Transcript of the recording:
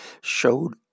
showed